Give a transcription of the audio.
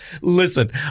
Listen